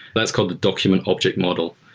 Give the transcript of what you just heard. that's called the document object model.